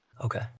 Okay